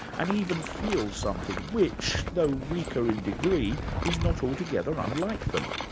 and even feel something which, though weaker in degree, is not altogether unlike them.